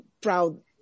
Proud